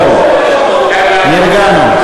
זהו, נרגענו.